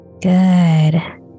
Good